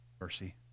mercy